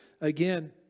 again